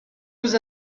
vous